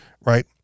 right